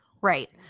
Right